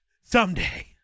Someday